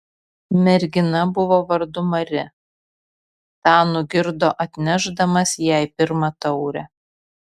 mergina buvo vardu mari tą nugirdo atnešdamas jai pirmą taurę